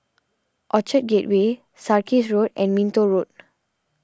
Orchard Gateway Sarkies Road and Minto Road